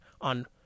on